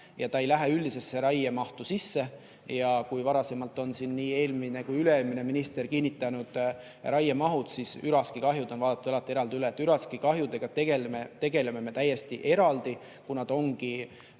ja ta ei lähe üldisesse raiemahtu sisse. Ja kui varasemalt on siin nii eelmine kui ka üle-eelmine minister kinnitanud raiemahud, siis üraskikahjud on vaadatud alati eraldi üle. Üraskikahjudega me tegeleme täiesti eraldi, kuna see ongi,